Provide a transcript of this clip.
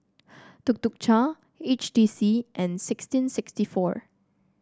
Tuk Tuk Cha H T C and sixteen sixty four